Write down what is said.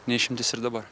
ne išimtis ir dabar